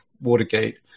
Watergate